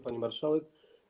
Pani Marszałek!